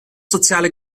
soziale